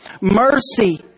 Mercy